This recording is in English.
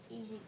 easy